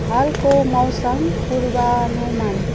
हालको मौसम पूर्वानुमान